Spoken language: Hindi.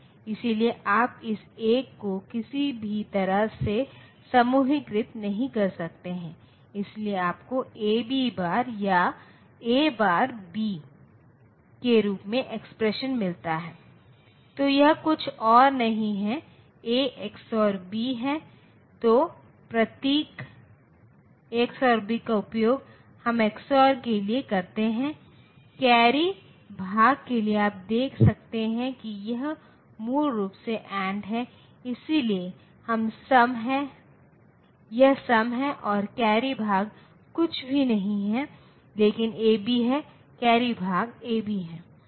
इसलिए यदि आपको n बिट प्रतिनिधित्व मिला है तो यह 2's कॉम्प्लीमेंट नंबर सिस्टमबताता है कि आप प्रतिनिधित्व कर सकते हैं 2n 1 to 2n 1 1 उदाहरण के लिए यदि आपको n 4 के बराबर मिला है यदि आप ऋणात्मक संख्याओं पर विचार नहीं कर रहे हैं तो आप 0 से 15 का प्रतिनिधित्व कर सकते हैं